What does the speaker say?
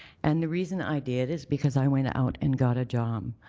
and the reason i did is because i went out and got a job.